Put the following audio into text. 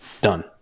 done